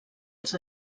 els